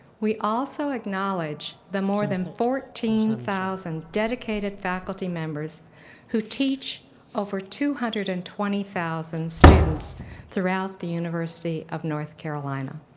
we also acknowledge the more than fourteen thousand dedicated faculty members who teach over two hundred and twenty thousand students throughout the university of north carolina.